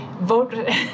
vote